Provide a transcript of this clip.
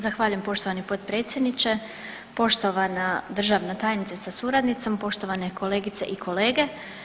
Zahvaljujem poštovani potpredsjedniče, poštovana državna tajnice sa suradnicom, poštovane kolegice i kolege.